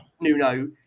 Nuno